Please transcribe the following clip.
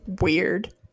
Weird